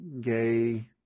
gay